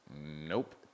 nope